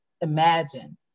imagine